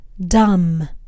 dumb